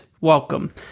welcome